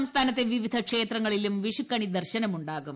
സംസ്ഥാനത്തെ വിവിധ ക്ഷേത്രങ്ങളിലും വിഷുക്കണി ദർശനമുണ്ടാകും